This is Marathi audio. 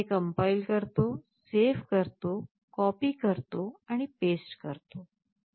मी हे कम्पाइल करतो सेव्ह करतो कॉपी करतो आणि पेस्ट करतो